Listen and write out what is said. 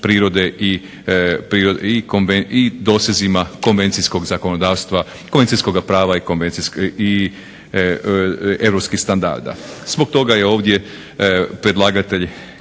prirode i dosezima konvencijskog zakonodavstva, konvencijskoga prava i konvencijske, i europskih standarda. Zbog toga je ovdje predlagatelj